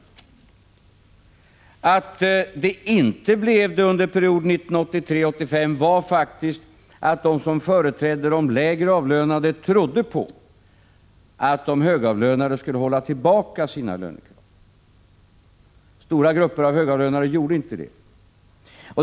Anledningen till att effekten inte blev denna under perioden 1983-1985 var faktiskt att de som företrädde de lägre avlönade trodde på att de högavlönade skulle hålla tillbaka sina lönekrav. Stora grupper av högavlönade gjorde inte det.